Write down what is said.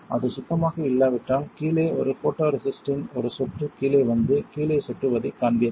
அது சுத்தமாக இல்லாவிட்டால் கீழே ஒரு ஃபோட்டோரெசிஸ்ட்டின் ஒரு சொட்டு கீழே வந்து கீழே சொட்டுவதைக் காண்பீர்கள்